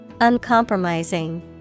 Uncompromising